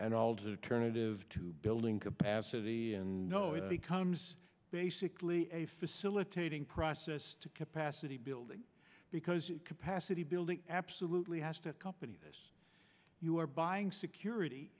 an alternative to building capacity and no it becomes basically a facilitating process to capacity building because capacity building absolutely has to accompany this you are buying security